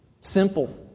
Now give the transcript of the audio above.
simple